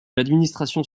l’administration